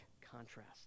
contrast